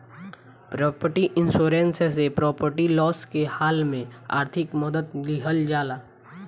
property insurance से property loss के हाल में आर्थिक मदद लीहल जाला